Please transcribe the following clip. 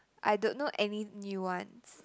I don't know any new ones